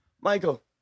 Michael